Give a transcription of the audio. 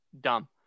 dumb